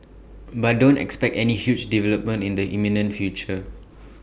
but don't expect any huge development in the imminent future